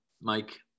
Mike